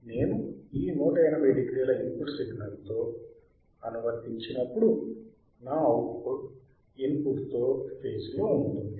నేను ఈ 1800 ఇన్పుట్ సిగ్నల్తో అనువర్తించినపుడు నా అవుట్ పుట్ ఇన్పుట్ తో ఫేజ్ లో ఉంటుంది